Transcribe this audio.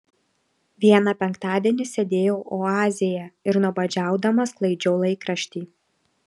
vieną penktadienį sėdėjau oazėje ir nuobodžiaudama sklaidžiau laikraštį